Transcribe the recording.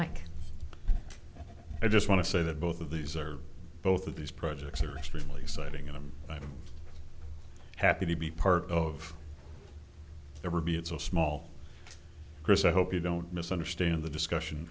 mike i just want to say that both of these or both of these projects are extremely exciting and i'm happy to be part of their would be it's a small chris i hope you don't misunderstand the discussion